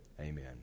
Amen